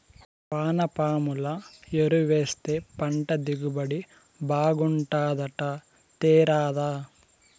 వానపాముల ఎరువేస్తే పంట దిగుబడి బాగుంటాదట తేరాదా